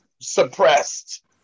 suppressed